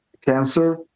cancer